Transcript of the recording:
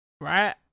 right